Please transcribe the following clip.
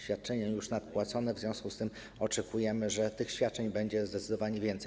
Świadczenia są już nadpłacone, w związku z tym oczekujemy, że tych świadczeń będzie zdecydowanie więcej.